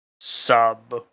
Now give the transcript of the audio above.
sub